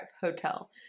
hotel